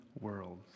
world